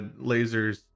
lasers